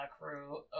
crew